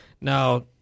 Now